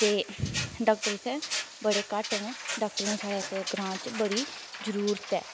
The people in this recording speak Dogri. ते डॉक्टर इ'त्थें बड़े घट्ट न डॉक्टर साढ़े इ'त्थें ग्रांऽ च बड़ी जरूरत ऐ